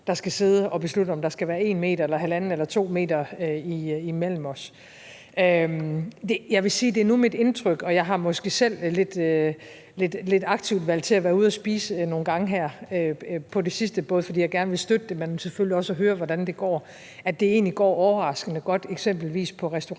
der skal sidde og beslutte, om der skal være 1 m, 1½ m eller 2 m imellem os. Jeg vil sige, at det nu er mit indtryk – og jeg har måske selv lidt aktivt valgt til at være ude at spise nogle gange her på det sidste, både fordi jeg gerne vil støtte det, men selvfølgelig også for at høre, hvordan det går – at det egentlig går overraskende godt på eksempelvis restauranterne